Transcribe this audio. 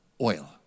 oil